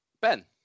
Ben